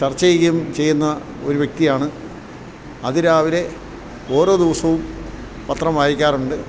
ചർച്ച ചെയ്യുകയും ചെയ്യുന്ന ഒരു വ്യക്തിയാണ് അതിരാവിലെ ഓരോ ദിവസവും പത്രം വായിക്കാറുണ്ട്